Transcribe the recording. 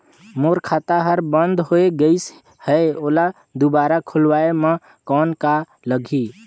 मोर खाता हर बंद हो गाईस है ओला दुबारा खोलवाय म कौन का लगही?